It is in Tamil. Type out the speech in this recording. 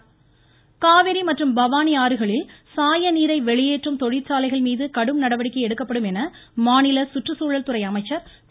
கருப்பணன் காவிரி மற்றும் பவானி ஆறுகளில் சாய வெளியேற்றும் நீரை தொழிற்சாலைகள்மீது கடும் நடவடிக்கை எடுக்கப்படும் என மாநில சுற்றுச்சூழல்துறை அமைச்சர் திரு